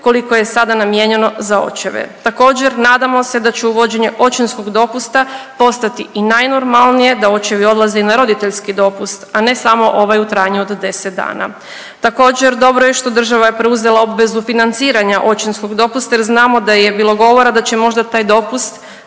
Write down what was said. koliko je sada namijenjeno za očeve. Također nadamo se da će uvođenje očinskog dopusta postati i najnormalnije da očevi odlaze i na roditeljski dopust, a ne samo ovaj u trajanju od 10 dana. Također dobro je što država je preuzela obvezu financiranja očinskog dopusta jer znamo da je bilo govora da će možda taj dopust